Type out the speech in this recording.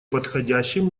подходящим